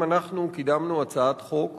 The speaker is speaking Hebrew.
גם אנחנו קידמנו הצעת חוק